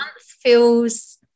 feels –